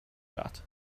shot